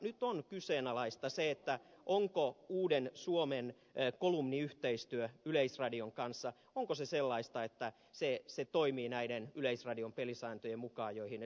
nyt on kyseenalaista se onko uuden suomen kolumniyhteistyö yleisradion kanssa sellaista että se toimii näiden yleisradion pelisääntöjen mukaan joihin ed